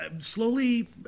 slowly